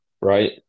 right